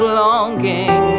longing